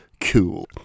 cool